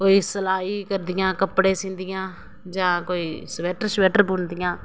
कोई सलाई करदियां कपड़े सींदियां जां कोई स्वैटर श्वैटर बुनदियां